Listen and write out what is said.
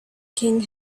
king